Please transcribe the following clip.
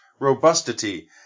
robustity